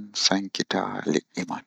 yiwi mi waala mi siwto.